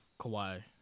Kawhi